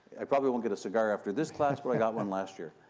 i probably won't get a cigar after this class, but i got one last year.